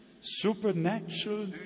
supernatural